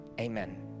Amen